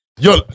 Yo